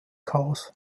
chaos